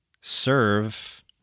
serve